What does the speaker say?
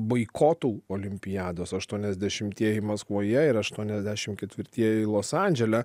boikotų olimpiados aštuoniasdešimtieji maskvoje ir aštuoniasdešimt ketvirtieji los andžele